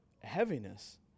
heaviness